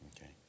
Okay